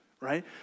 Right